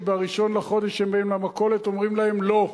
כי בראשון לחודש הם באים למכולת ואומרים להם: לא,